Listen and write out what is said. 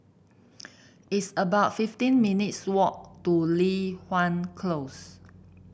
it's about fifteen minutes walk to Li Hwan Close